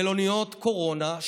מלוניות קורונה,